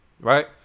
right